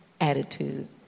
attitude